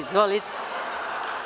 Izvolite.